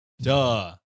Duh